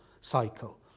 cycle